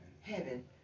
heaven